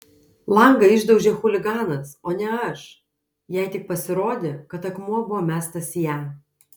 langą išdaužė chuliganas o ne aš jai tik pasirodė kad akmuo buvo mestas į ją